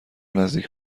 نزدیک